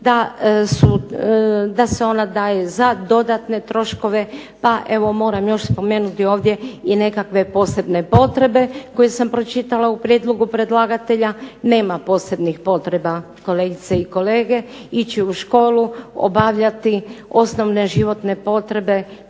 da se ona daje za dodatne troškove. Pa evo moram još spomenuti ovdje i nekakve posebne potrebe koje sam pročitala u prijedlogu predlagatelja. Nema posebnih potreba kolegice i kolege. Ići u školu, obavljati osnovne životne potrebe,